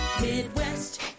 Midwest